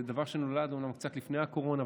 זה דבר שנולד אומנם קצת לפני הקורונה,